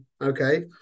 Okay